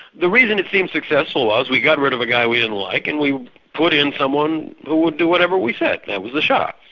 the reason it seemed successful was we got rid of a guy we didn't like, and we put in someone who would do whatever we said, that was the shah.